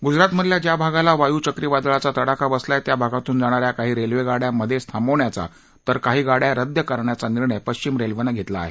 गूजरातमधल्या ज्या भागाला वायू चक्रीवादळाचा तडाखा बसला आहे त्या भागातून जाणा या काही रेल्वेगाडया मध्येच थांबवण्याचा तर काही गाडया रद्द करण्याचा निर्णय पश्चिम रेल्वेनं घेतला आहे